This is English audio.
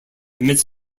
admits